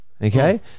Okay